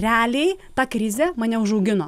realiai ta krizė mane užaugino